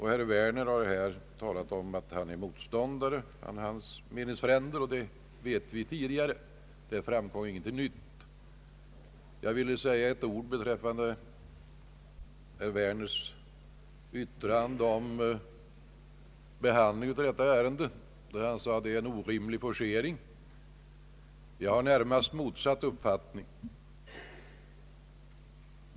Herr Werner har nämnt att han och hans meningsfränder är motståndare till detta, men det vet vi redan tidigare. Jag skall säga några ord om herr Werners yttrande angående behandlingen av detta ärende. Han nämnde att det har forcerats på ett orimligt sätt, men jag är närmast av motsatt uppfattning.